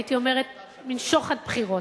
הייתי אומרת, מין שוחד בחירות,